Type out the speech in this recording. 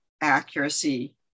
accuracy